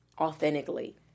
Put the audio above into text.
authentically